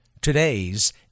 today's